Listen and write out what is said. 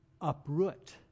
uproot